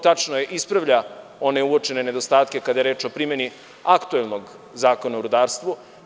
Tačno je, on ispravlja one uočene nedostatke kada je reč o primeni aktuelnog Zakona o rudarstvu.